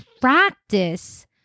practice